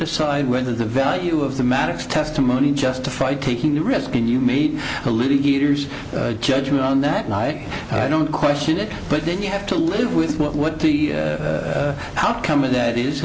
decide whether the value of the maddux testimony justified taking the risk and you meet the litigators judgment on that night and i don't question it but then you have to live with what the outcome of that is